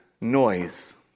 noise